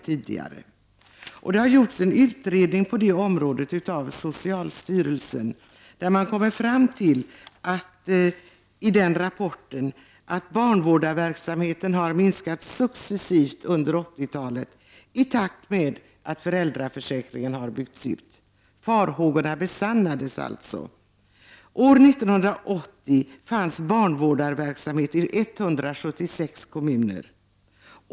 Socialstyrelsen har gjort en utredning på området och i sin rapport visat att barnvårdarverksamheten har minskat successivt under 1980-talet i takt med att föräldraförsäkringen har byggts ut. Våra farhågor besannades alltså. År 1980 fanns barnvårdarverksamhet i 176 kommuner.